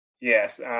Yes